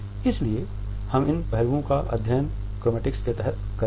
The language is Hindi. इसलिए हम इन पहलुओं का अध्ययन क्रोमैटिक्स के तहत करेंगे